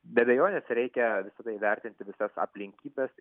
be abejonės reikia visada įvertinti visas aplinkybes